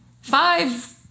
five